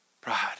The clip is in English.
Pride